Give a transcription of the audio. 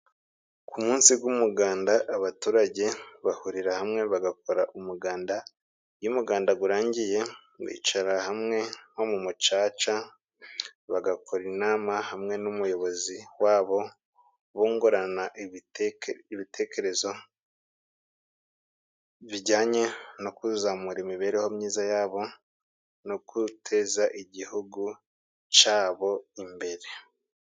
Ku munsi gumuganda abaturage bahurira hamwe bagakora umuganda. Iyo umuganda gurangiye, bicara hamwe nko mu mucaca bagakora inama hamwe n'umuyobozi wabo bungurana ibitekerezo bijyanye no kuzamura imibereho myiza yabo no guteza igihugu cabo imbere.